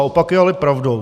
Opak je ale pravdou.